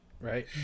right